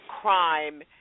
crime